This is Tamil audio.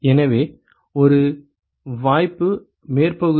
எனவே ஒரு வாய்ப்பு மேற்பரப்பு பகுதி